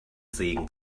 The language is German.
segen